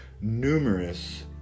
numerous